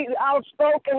outspoken